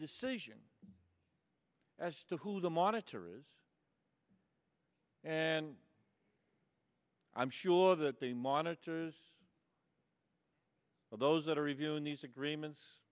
decision as to who the monitor is and i'm sure that the monitors or those that are reviewing these agreements